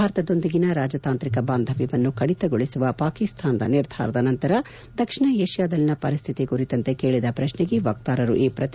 ಭಾರತದೊಂದಿಗಿನ ರಾಜತಾಂತ್ರಿಕ ಬಾಂಧವ್ಯವನ್ನು ಕಡಿತಗೊಳಸುವ ಪಾಕಿಸ್ತಾನದ ನಿರ್ಧಾರದ ನಂತರ ದಕ್ಷಿಣ ಏಷ್ಯಾದಲ್ಲಿನ ಪರಿಸ್ಥಿತಿ ಕುರಿತಂತೆ ಕೇಳಿದ ಪ್ರಶ್ನೆಗೆ ವಕ್ತಾರರು ಈ ಪ್ರತಿಕ್ರಿಯೆ ನೀಡಿದರು